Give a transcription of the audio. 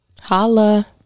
Holla